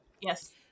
Yes